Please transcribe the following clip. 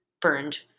burned